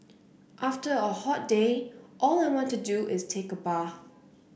after a hot day all I want to do is take a bath